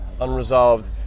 unresolved